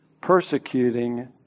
persecuting